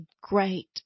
great